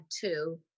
two